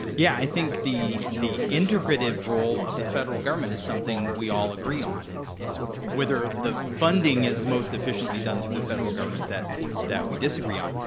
yeah, i think the the integrative role of the federal government is something we all agree on. it's it's whether the funding is most efficiently done through the federal government that that we disagree on.